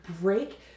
break